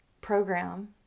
program